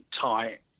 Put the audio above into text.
tight